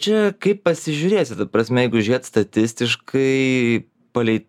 čia kaip pasižiūrėsi ta prasme jeigu žiūrėt statistiškai palei